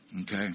Okay